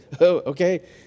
okay